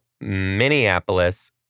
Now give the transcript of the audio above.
Minneapolis